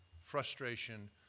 frustration